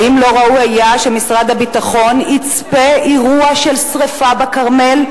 האם לא ראוי היה שמשרד הביטחון יצפה אירוע של שרפה בכרמל,